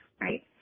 right